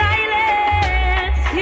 Silence